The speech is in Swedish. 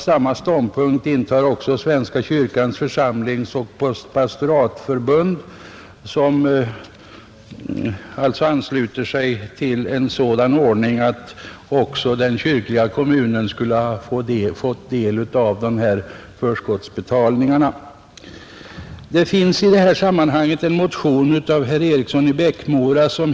Samma ståndpunkt intar också Svenska kyrkans församlingsoch pastoratförbund, som ansluter sig till en sådan ordning att också den kyrkliga kommunen skulle få del av de här förskottsutbetalningarna.